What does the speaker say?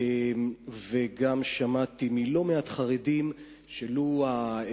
וגם שמעתי מלא-מעט חרדים שלולא התקיימו